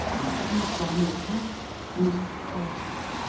and clapped on his hat and caught it.